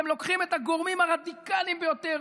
אתם לוקחים את הגורמים הרדיקליים ביותר,